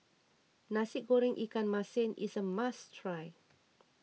Nasi Goreng Ikan Masin is a must try